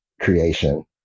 creation